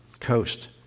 coast